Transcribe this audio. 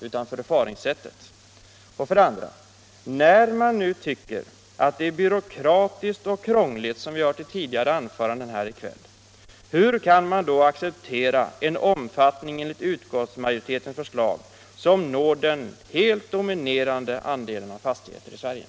Hur kan mittenpartierna acceptera att förslaget kommer att omfatta den helt dominerande andelen fastigheter i Sverige när det anses att förslaget är byråkratiskt och krångligt, som vi hörde i tidigare anföranden?